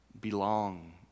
Belong